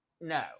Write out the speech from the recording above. No